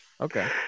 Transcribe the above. Okay